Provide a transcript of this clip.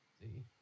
See